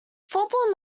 football